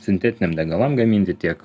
sintetiniam degalam gaminti tiek